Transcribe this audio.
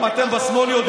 גם אתם בשמאל,